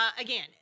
again